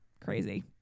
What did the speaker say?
Crazy